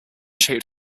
shaped